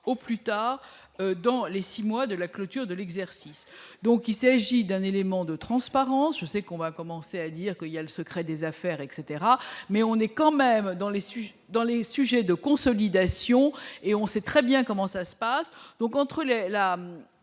au plus tard dans les 6 mois de la clôture de l'exercice, donc il s'agit d'un élément de transparence, je sais qu'on va commencer à dire que il y a le secret des affaires, etc, mais on est quand même dans les sujets dans les sujets de consolidation et on sait très bien comment ça se passe